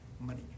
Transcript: money